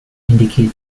indicate